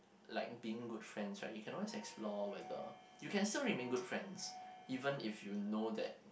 like being good friends right you can always explore whether you can still remain good friends even if you know that